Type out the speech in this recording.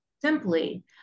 simply